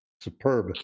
superb